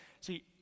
See